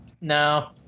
No